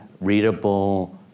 readable